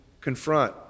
confront